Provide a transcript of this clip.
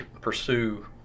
pursue